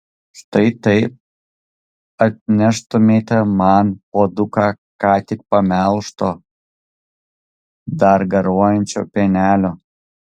štai taip atneštumėte man puoduką ką tik pamelžto dar garuojančio pienelio